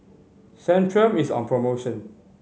centrum is on promotion